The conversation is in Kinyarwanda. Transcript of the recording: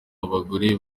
abagore